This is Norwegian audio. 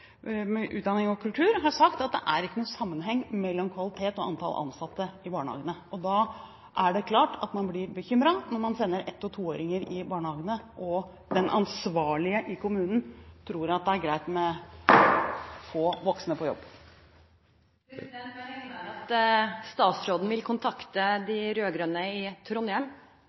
kultur og utdanning i Oslo har sagt at det ikke er noen sammenheng mellom kvalitet og antallet ansatte i barnehagene. Det er klart at man blir bekymret når man sender ett- og toåringer i barnehager der den som er ansvarlig i kommunen, tror det er greit med få voksne på jobb. Jeg regner med at statsråden da vil kontakte sine rød-grønne venner i Trondheim